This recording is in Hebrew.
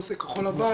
כחול לבן.